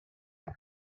one